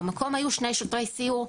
במקום היו שני שוטרי סיור.